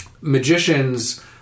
Magicians